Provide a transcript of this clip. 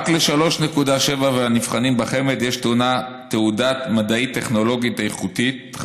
רק ל-3.7% מהנבחנים בחמ"ד יש תעודה מדעית טכנולוגית איכותית,